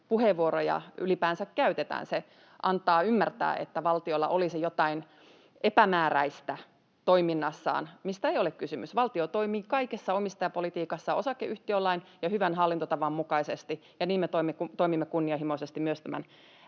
puheenvuoroja ylipäänsä käytetään. Se antaa ymmärtää, että valtiolla olisi jotain epämääräistä toiminnassaan, mistä ei ole kysymys. Valtio toimii kaikessa omistajapolitiikassa osakeyhtiölain ja hyvän hallintotavan mukaisesti, ja niin me toimimme kunnianhimoisesti myös tämän